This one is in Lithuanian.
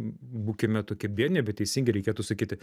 būkime tokie biedni bet teisingi reikėtų sakyti